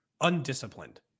undisciplined